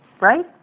right